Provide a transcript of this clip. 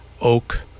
oak